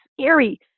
scary